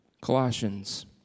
Colossians